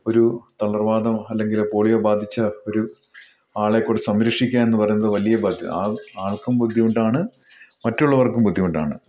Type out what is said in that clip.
ഒരു തളർവാദം അല്ലെങ്കിൽ പോളിയോ ബാധിച്ച ഒരു ആളെക്കൂടെ സംരക്ഷിക്കാന്ന് പറയുന്നത് വലിയ ബാധ്യത ആൾക്കും ബുദ്ധിമുട്ടാണ് മറ്റുള്ളവർക്കും ബുദ്ധിമുട്ടാണ്